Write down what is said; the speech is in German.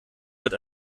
wird